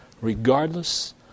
regardless